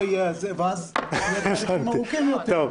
טוב.